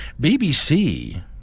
BBC